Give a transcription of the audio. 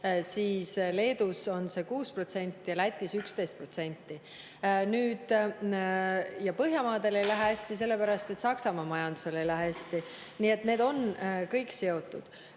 aga Leedus on 6% ja Lätis 11%. Põhjamaadel ei lähe hästi sellepärast, et Saksamaa majandusel ei lähe hästi. Nii et need on kõik seotud.